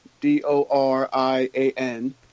D-O-R-I-A-N